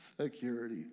security